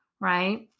right